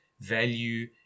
value